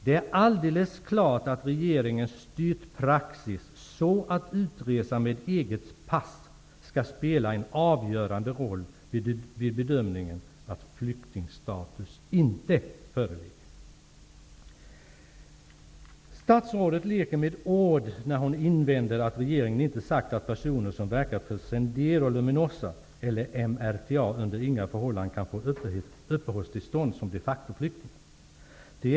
Det är alldeles klart att regeringen styrt praxis så, att utresa med eget pass skall spela en avgörande roll vid bedömningen att flyktingstatus inte föreligger. Statsrådet leker med ord när hon invänder att regeringen inte sagt att personer som verkat för Sendero Luminoso eller MRTA under inga förhållanden kan få uppehållstillstånd som de facto-flyktingar.